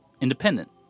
independent